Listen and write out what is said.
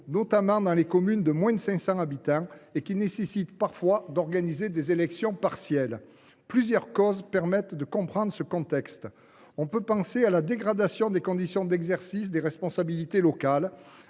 notamment dans les communes de moins de 500 habitants, nécessitant parfois l’organisation d’élections partielles. Plusieurs causes permettent de comprendre un tel contexte. On peut penser à la dégradation des conditions d’exercice des responsabilités locales,